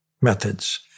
methods